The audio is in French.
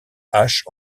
haches